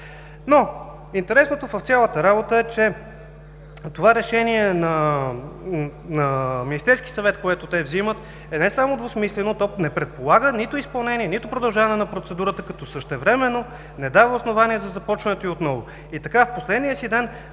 Интересното в цялата работа е, че решението на Министерския съвет, което се взема, е не само двусмислено, то не предполага нито изпълнение, нито продължаване на процедурата, като същевременно не дава основания за започването й отново. И така: в последния си ден